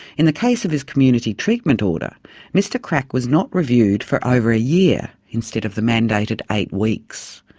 in the case of his community treatment order mr kracke was not reviewed for over a year instead of the mandated eight weeks.